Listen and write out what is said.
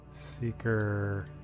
Seeker